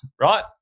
right